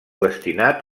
destinat